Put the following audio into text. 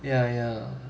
ya ya